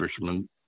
fisherman